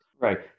Right